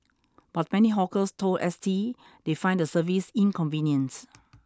but many hawkers told S T they find the service inconvenient